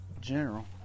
general